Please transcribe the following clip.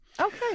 Okay